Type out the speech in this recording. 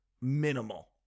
Minimal